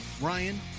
Ryan